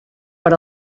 per